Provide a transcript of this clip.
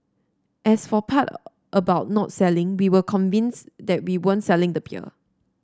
as for part about not selling we were convinced that we weren't selling the peer